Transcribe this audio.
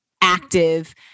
active